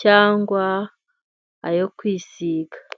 cyangwa ayo kwisiga.